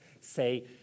say